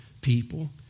people